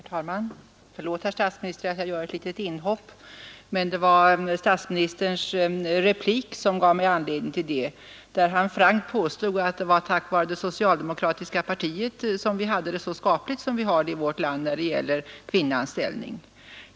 Herr talman! Förlåt, herr statsminister, att jag gör ett litet inhopp, men det var statsministerns replik som gav mig anledning att göra det. Han påstod frankt att det var tack vare det socialdemokratiska partiet som vi har det så skapligt som vi har det i vårt land när det gäller kvinnornas ställning.